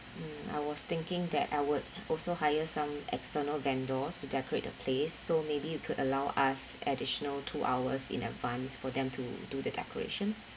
mm I was thinking that I would also hire some external vendors to decorate the place so maybe you could allow us additional two hours in advance for them to do the decoration